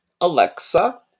Alexa